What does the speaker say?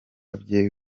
bye